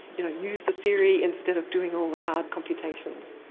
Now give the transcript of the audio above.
you know use the theory instead of doing all the hard computations.